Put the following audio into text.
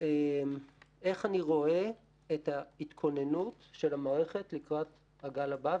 איך אני רואה את ההתכוננות של המערכת לקראת הגל הבא.